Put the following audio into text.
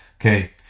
okay